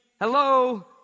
Hello